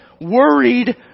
worried